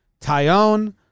Tyone